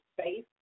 space